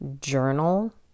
journal